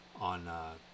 on